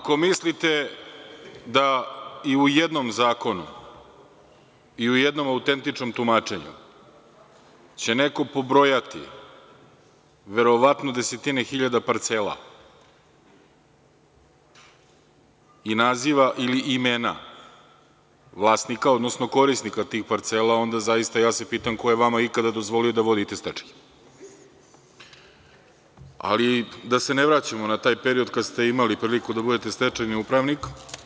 Ako mislite da i u jednom zakonu i u jednom autentičnom tumačenju će neko pobrojati verovatno desetine hiljada parcela i nazive ili imena vlasnika, odnosno korisnika tih parcela, onda se pitam ko je vama ikada dozvolio da vodite stečaj, ali da se ne vraćamo na taj period kada ste imali priliku da budete stečajni upravnik.